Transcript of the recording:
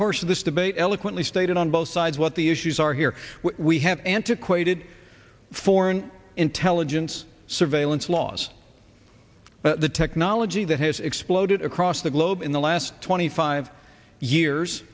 course of this debate eloquently stated on both sides what the issues are here we have antiquated foreign intelligence surveillance laws but the technology that has exploded across the globe in the last twenty five years